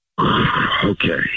Okay